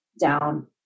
down